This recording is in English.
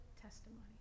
testimony